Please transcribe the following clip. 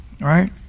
right